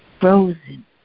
frozen